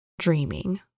dreaming